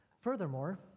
Furthermore